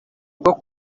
bwo